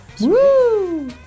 woo